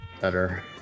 better